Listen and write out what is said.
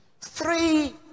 Three